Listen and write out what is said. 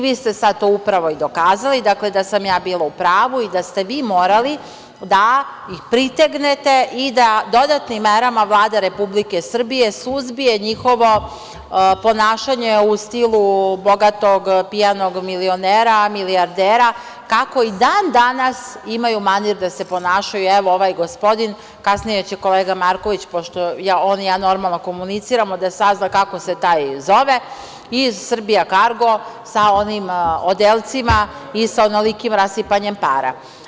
Vi ste sad to upravo i dokazali, dakle, da sam bila u pravu i da ste vi morali da ih pritegnete i da dodatnim merama Vlade Republike Srbije suzbije njihovo ponašanje u stilu bogatog pijanog milionera, milijardera, kako i dan danas imaju manir da se ponašaju, evo, ovaj gospodin, kasnije će kolega Marković, pošto on i ja normalno komuniciramo, da sazna kako se taj zove iz Srbija Kargo sa onim odelcima i sa onolikim rasipanjem para.